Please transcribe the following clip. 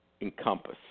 encompass